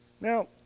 Now